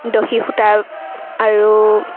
দহি সূতা আৰু